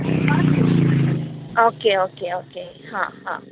okay okay okay हां हां